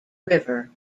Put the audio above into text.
river